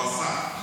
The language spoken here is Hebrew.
או עשה?